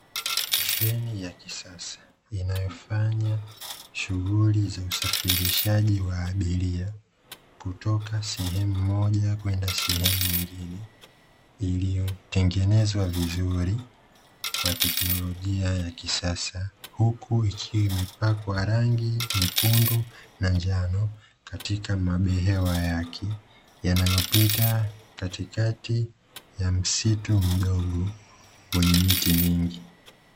Treni ya kisasa inayofanya shughuli za usafirishaji wa abiria kutoka sehemu moja kwenda sehemu nyingine iliyotengenezwa vizuri kwa teknolojia ya kisasa, huku ikiwa imepakwa rangi nyekundu na njano katika mabehewa yake yanayopita katikati ya msitu mdogo wenye miti mingi.